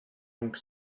donc